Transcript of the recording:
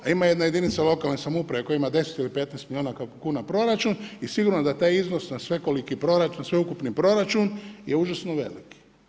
A ima jedna jedinica lokalne samouprave koja ima 10 ili 15 milijuna kuna proračun i sigurno da je taj iznos na sveukupni proračun je užasno veliki.